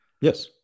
Yes